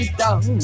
down